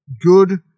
good